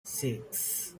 six